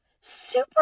super